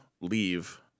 leave